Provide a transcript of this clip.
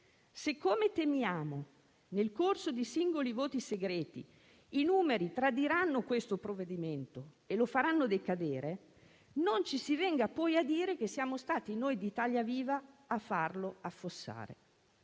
Se, come temiamo, nel corso di singoli voti segreti i numeri tradiranno questo provvedimento e lo faranno decadere, non ci si venga a dire che siamo stati noi di Italia Viva a farlo affossare.